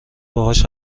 باهاش